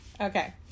Okay